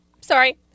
sorry